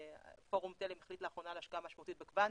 פורום תל"מ החליט לאחרונה על השקעה משמעותית בקוונטום,